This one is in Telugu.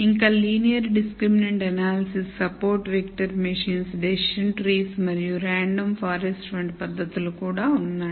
ఇంకా Linear discriminant analysis Support Vector Machines Decision trees మరియు random forests వంటి పద్ధతులు కూడా ఉన్నాయి